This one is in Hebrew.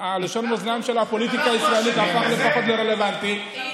לשון המאזניים של הפוליטיקה הישראלית הפכה לפחות רלוונטית.